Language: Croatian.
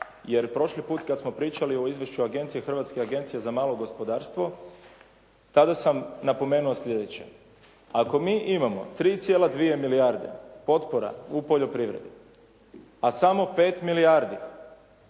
jer prošli put kad smo pričali o izvješću agencije, Hrvatske agencije za malo gospodarstvo, tada sam napomenuo sljedeće. Ako mi imamo 3,2 milijarde potpora u poljoprivredi, a samo 5 milijardi